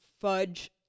fudge